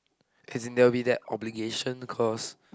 as in there will be that obligation cause